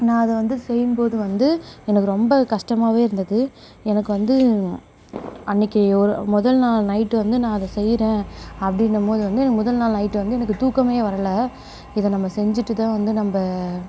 நான் வந்து அதை செய்யும்போது வந்து எனக்கு ரொம்ப கஷ்டமாகவே இருந்தது எனக்கு வந்து அன்றைக்கி ஒரு முதல் நாள் நைட்டு வந்து நான் அதை செய்கிறேன் அப்படீனம்போது வந்து முதல் நாள் நைட்டு வந்து எனக்கு தூக்கமே வரல இதை நம்ம செஞ்சிட்டுத்தான் வந்து நம்ம